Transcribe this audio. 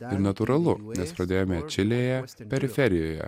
ir natūralu nes pradėjome čilėje periferijoje